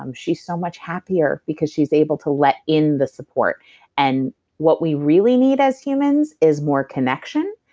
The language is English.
um she's so much happier because she's able to let in the support and what we really need as humans is more connection,